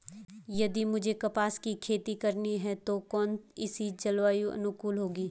यदि मुझे कपास की खेती करनी है तो कौन इसी जलवायु अनुकूल होगी?